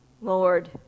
Lord